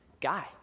guy